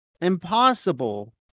impossible